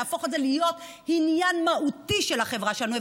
להפוך את זה להיות עניין מהותי של החברה שלנו.